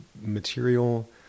material